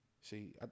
See